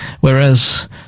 Whereas